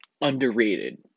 underrated